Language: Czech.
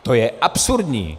To je absurdní.